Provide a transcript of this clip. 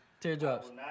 Teardrops